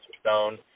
Stone